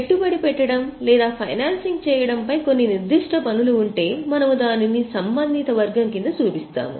పెట్టుబడి పెట్టడం లేదా ఫైనాన్సింగ్ చేయడంపై కొన్ని నిర్దిష్ట పన్నులు ఉంటే మనము దానిని సంబంధిత వర్గం కింద చూపిస్తాము